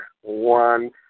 One